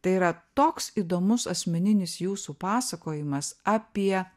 tai yra toks įdomus asmeninis jūsų pasakojimas apie